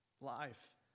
life